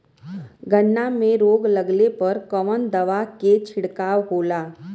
गन्ना में रोग लगले पर कवन दवा के छिड़काव होला?